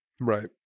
Right